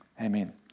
Amen